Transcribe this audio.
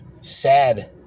sad